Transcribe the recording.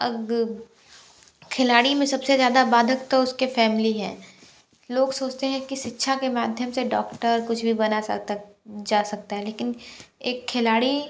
खिलाड़ी में सबसे ज़्यादा बाधक तो उसके फैमिली है लोग सोचते है की शिक्षा के माध्यम से डॉक्टर कुछ भी बना सकता जा सकता है लेकिन एक खिलाड़ी